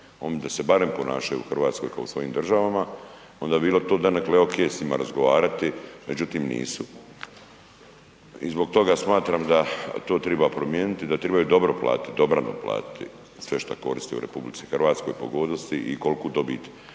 da se ponašaju u Hrvatskoj kao u svojim državama, onda bi to bilo donekle ok s njima razgovarati. Međutim, nisu i zbog toga smatram da to treba promijeniti, da trebaju dobro platiti, dobrano nam platiti sve što koriste u Republici Hrvatskoj pogodnosti i koliku dobit